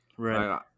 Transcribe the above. right